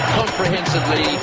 comprehensively